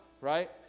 right